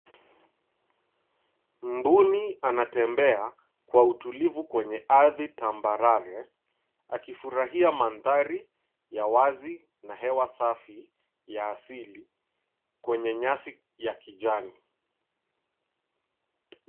Mbuni anatembea kwa utulivu kwenye ardhi tambarare akifurahia mandhari ya wazi na hewa safi ya asili kwenye nyasi ya kijani.